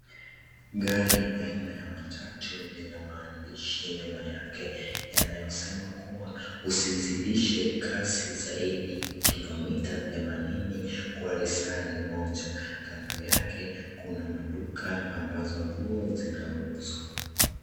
Gari aina ya matatu lina maandishi nyuma yake yanayosema kuwa Usizidishe Kasi Zaidi Ya Kilomita Themanini Kwa Lisani Moja. Kando yake kuna maduka ambazo nguo zinauzwa.